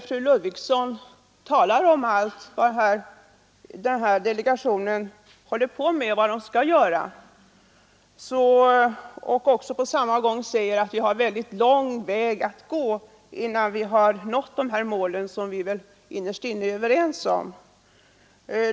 Fru Ludvigsson talade om allt vad denna delegation håller på med och vad den skall göra, och på samma gång sade hon att vi har väldigt lång väg att gå innan vi har nått de mål som vi innerst inne är överens om.